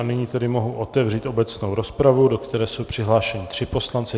A nyní tedy mohu otevřít obecnou rozpravu, do které jsou přihlášeni tři poslanci.